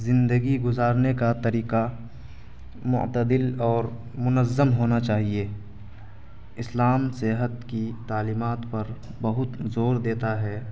زندگی گزارنے کا طریقہ معتدل اور منظم ہونا چاہیے اسلام صحت کی تعلیمات پر بہت زور دیتا ہے